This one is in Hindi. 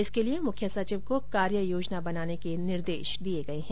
इसके लिए मुख्य सचिव को कार्य योजना बनाने के निर्देश दिये गये हैं